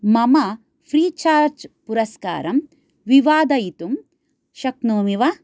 मम फ़्रीचार्ज् पुरस्कारं विवादयितुं शक्नोमि वा